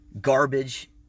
garbage